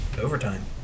overtime